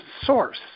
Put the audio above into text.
source